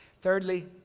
Thirdly